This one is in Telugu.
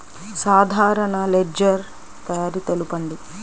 సాధారణ లెడ్జెర్ తయారి తెలుపండి?